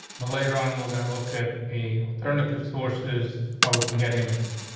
but later on, we're gonna look at a alternative sources how we can get images.